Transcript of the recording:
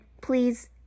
Please